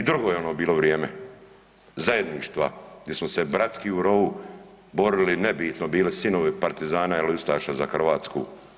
I drugo je ono bilo vrijeme zajedništva, gdje smo se bratski u rovu borili nebitno bili sinovi partizana ili ustaša za Hrvatsku.